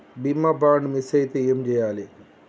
బీమా bond miss అయితే ఏం చేయాలి?